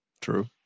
True